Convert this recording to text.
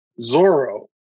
Zorro